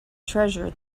treasure